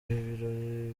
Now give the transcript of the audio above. birori